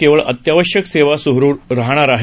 केवळ अत्यावश्यक सेवा सुरू राहणार आहेत